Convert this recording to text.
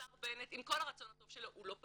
השר בנט עם כל הרצון הטוב שלו הוא לא פנוי.